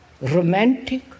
romantic